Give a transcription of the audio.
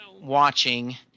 watching